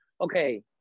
Okay